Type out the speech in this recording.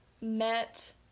met